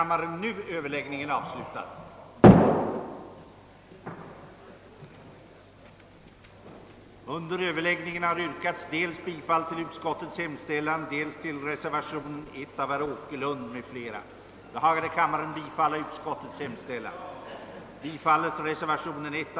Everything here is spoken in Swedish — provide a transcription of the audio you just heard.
Herr talman! Just den omständigheten, att staten står för kostnaderna för omskolningskurserna, borde göra det berättigat att det mått av konkurrens som upprätthölls enligt den statliga upphandlingsförordningen skall kunna upprätthållas även under den nya ordning som nu gäller. Så är emellertid inte fallet.